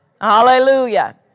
Hallelujah